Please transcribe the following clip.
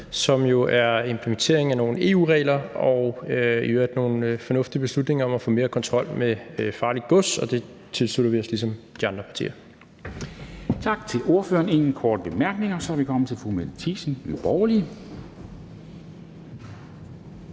som jo er en implementering af nogle EU-regler og i øvrigt nogle fornuftige beslutninger om at få mere kontrol med farligt gods, og det tilslutter vi os ligesom de andre partier. Kl. 10:08 Formanden (Henrik Dam Kristensen): Tak til ordføreren. Der er ingen korte bemærkninger, og så er vi kommet til fru Mette Thiesen, Nye Borgerlige.